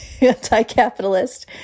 anti-capitalist